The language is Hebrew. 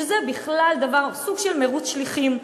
שזה בכלל סוג של מירוץ שליחים,